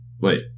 wait